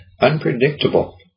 unpredictable